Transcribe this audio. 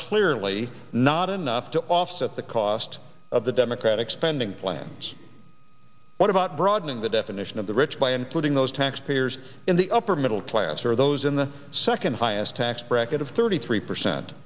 clearly not enough to offset the cost of the democratic spending plans what about broadening the definition of the rich by including those tax payers in the upper middle class or those in the second highest tax bracket of thirty three percent